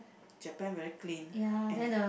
Japan very clean and